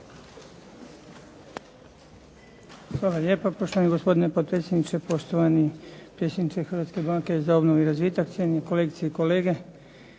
Hvala